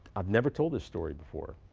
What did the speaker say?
i've never told this story before.